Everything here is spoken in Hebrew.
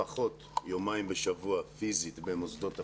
לפחות יומיים בשבוע פיזית במוסדות החינוך,